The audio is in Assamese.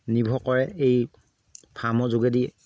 নিৰ্ভৰ কৰে এই ফাৰ্মৰ যোগেদি